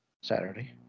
Saturday